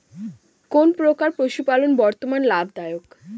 কোন প্রকার পশুপালন বর্তমান লাভ দায়ক?